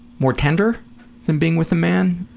more tender than being with a man?